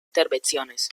intervenciones